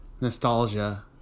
nostalgia